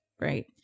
right